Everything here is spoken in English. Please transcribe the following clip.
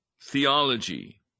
theology